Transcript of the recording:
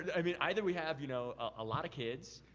i mean either we have you know a lot of kids,